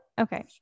okay